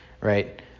right